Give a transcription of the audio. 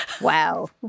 Wow